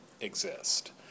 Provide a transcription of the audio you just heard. exist